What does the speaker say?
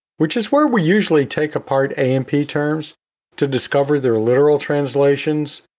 which is where we usually take apart a and p terms to discover their literal translations,